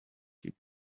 keep